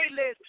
playlist